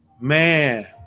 Man